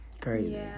crazy